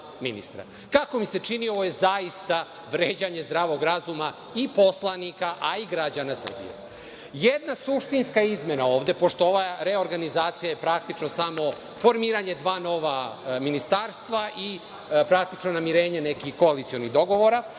Kako mi se čini, ovo je zaista vređanje zdravog razuma i poslanika, a i građana Srbije. Jedna suštinska izmena ovde, pošto ova reorganizacije je praktično samo formiranje dva nova ministarstva i, praktično, namirenje koalicionih dogovora,